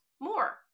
more